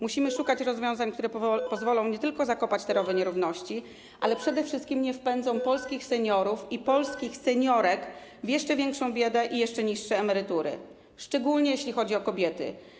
Musimy szukać rozwiązań, które pozwolą nie tylko zakopać te rowy nierówności, ale przede wszystkim nie wpędzą polskich seniorów i polskich seniorek w jeszcze większą biedę i jeszcze niższe emerytury, szczególnie jeśli chodzi o kobiety.